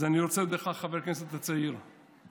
אז אני רוצה להגיד לך, חבר הכנסת הצעיר והחדש: